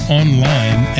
online